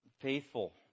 faithful